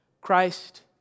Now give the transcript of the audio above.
Christ